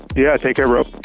but yeah, take care, bro.